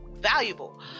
valuable